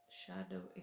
shadow